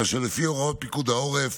כאשר לפי הוראות פיקוד העורף